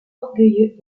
orgueilleux